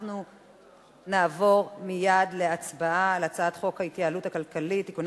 אנחנו נעבור מייד להצבעה על הצעת חוק ההתייעלות הכלכלית (תיקוני